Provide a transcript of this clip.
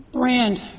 Brand